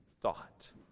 thought